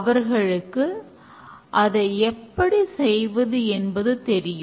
அவர்களுக்கு அதை எப்படி செய்வது என்பது தெரியும்